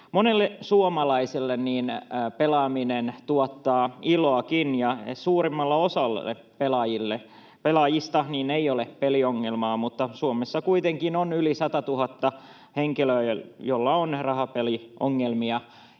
Monelle suomalaiselle pelaaminen tuottaa iloakin, ja suurimmalla osalla pelaajista ei ole peliongelmaa, mutta Suomessa kuitenkin on yli 100 000 henkilöä, jolla on rahapeliongelmia.